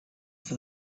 for